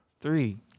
three